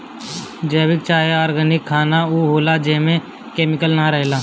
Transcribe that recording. जैविक चाहे ऑर्गेनिक खाना उ होला जेमे केमिकल ना रहेला